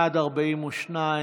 בעד, 42,